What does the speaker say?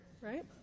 right